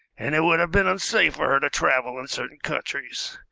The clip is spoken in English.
and it would have been unsafe for her to travel in certain countries.